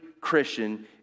Christian